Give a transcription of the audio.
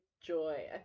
joy